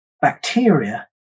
bacteria